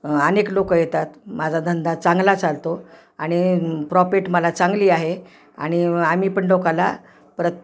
अनेक लोकं येतात माझा धंदा चांगला चालतो आणि प्रॉफिट मला चांगली आहे आणि आम्ही पण लोकांना प्रत